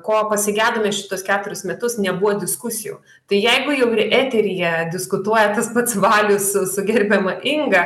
ko pasigedome šituos keturis metus nebuvo diskusijų tai jeigu jau ir eteryje diskutuoja tas pats valius su su gerbiama inga